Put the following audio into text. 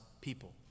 people